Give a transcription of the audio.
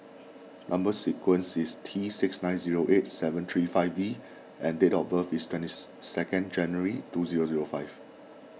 Number Sequence is T six nine zero eight seven three five V and date of birth is twenty second January two zero zero five